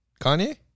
Kanye